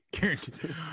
Guaranteed